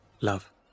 love